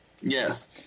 Yes